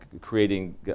creating